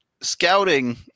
scouting